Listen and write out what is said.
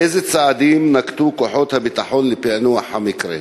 2. אילו צעדים נקטו כוחות הביטחון לפענוח המקרה?